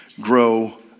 grow